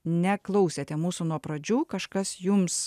neklausėte mūsų nuo pradžių kažkas jums